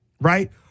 right